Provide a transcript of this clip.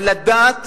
אבל לדעת